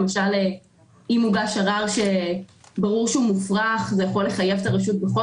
למשל אם הוגש ערר שברור שהוא מופרך זה יכול לחייב את הרשות בכל